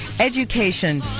education